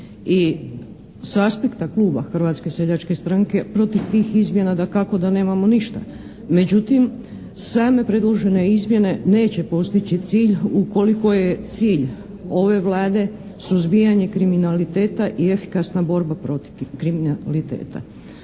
i sa aspekta Kluba Hrvatske seljačke stranke protiv tih izmjena dakako da nemamo ništa međutim same predložene izmjene neće postići cilj ukoliko je cilj ove Vlade suzbijanje kriminaliteta i efikasna borba protiv kriminaliteta.